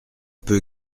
peu